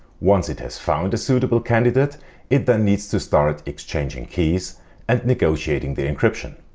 once it has found a suitable candidate it then needs to start exchanging keys and negotiating the encryption.